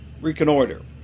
reconnoiter